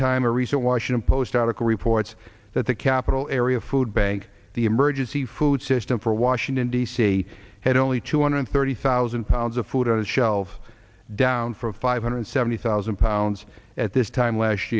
time a recent washington post article reports that the capital area food bank the emergency food system for washington d c had only two hundred thirty thousand pounds of food on the shelves down from five hundred seventy thousand pounds at this time last